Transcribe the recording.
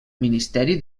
ministeri